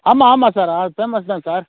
ஆமாம் ஆமாம் sir famous தான் சார்